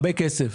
הרבה כסף.